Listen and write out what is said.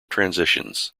transitions